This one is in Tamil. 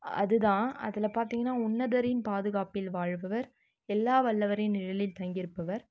அது தான் அதில் பார்த்திங்கன்னா உன்னதரின் பாதுகாப்பில் வாழ்பவர் எல்லா வல்லவரின் நிழலில் தங்கியிருப்பவர்